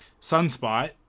Sunspot